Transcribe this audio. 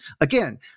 Again